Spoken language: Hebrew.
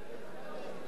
כן,